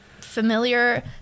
familiar